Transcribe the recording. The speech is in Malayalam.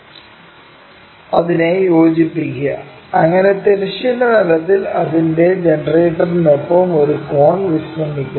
അതിനെ യോജിപ്പിക്കുക അങ്ങനെ തിരശ്ചീന തലത്തിൽ അതിന്റെ ജനറേറ്ററിനൊപ്പം ഒരു കോൺ വിശ്രമിക്കുന്നു